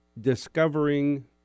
discovering